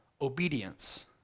obedience